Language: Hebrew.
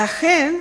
לכן,